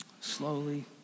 slowly